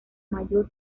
mayor